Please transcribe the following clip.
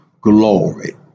glory